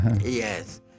yes